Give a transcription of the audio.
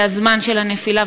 זה הזמן של הנפילה,